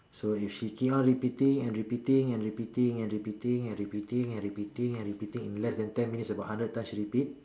so if she keep on repeating and repeating and repeating and repeating and repeating and repeating and repeating in less than ten minutes about hundred times she repeat